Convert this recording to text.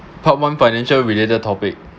part one financial related topic